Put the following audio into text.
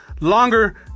longer